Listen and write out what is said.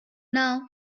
now